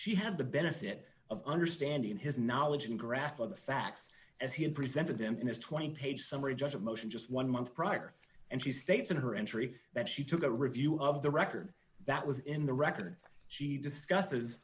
she had the benefit of understanding his knowledge and grasp of the facts as he presented them in his twenty page summary judgment motion just one month prior and she states in her entry that she took a review of the record that was in the record she discusses